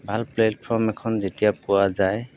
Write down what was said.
ভাল প্লেটফৰ্ম এখন যেতিয়া পোৱা যায়